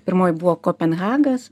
pirmoj buvo kopenhagas